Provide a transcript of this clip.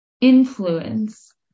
influence